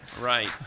Right